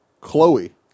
Chloe